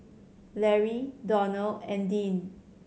Larry Donell and Dean